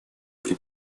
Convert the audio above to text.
при